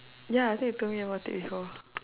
ya I thought you told me about it before